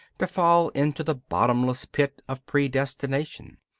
to fall into the bottomless pit of predestination.